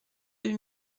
deux